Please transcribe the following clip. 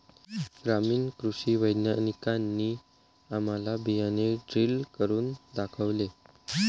ग्रामीण कृषी वैज्ञानिकांनी आम्हाला बियाणे ड्रिल करून दाखवले